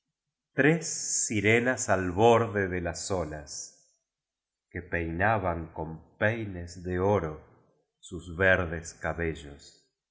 tres sirenas ai borde de las olas que peinaban con peines de oro sus verdes cabellos